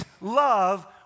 love